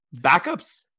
backups